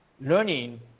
learning